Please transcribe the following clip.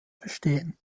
bestehen